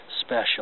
special